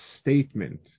statement